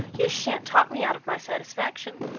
you shan't talk me out of my satisfaction.